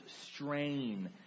strain